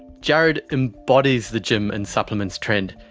jared embodies the gym and supplements trend.